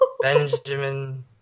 Benjamin